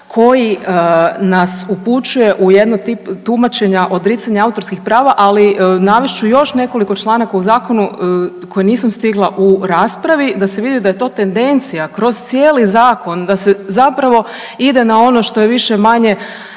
koji nas upućuje u jedno tumačenje odricanje autorskih prava ali navest ću još nekoliko članaka koje nisam stigla u raspravi, da se vidi da je to tendencija kroz cijeli zakon, da se zapravo ide na ono što je više-manje